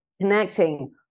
connecting